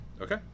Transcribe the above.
Okay